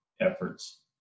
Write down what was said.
efforts